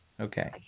Okay